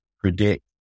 predict